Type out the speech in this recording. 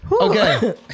Okay